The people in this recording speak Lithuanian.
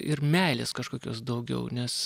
ir meilės kažkokios daugiau nes